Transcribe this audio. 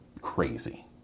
crazy